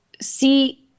see